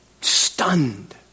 stunned